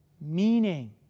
meaning